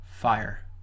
fire